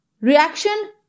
Reaction